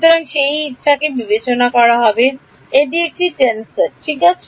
সুতরাং সেই ইচ্ছাকে বিবেচনা করা হবে এটি একটি টেনসর ঠিক আছে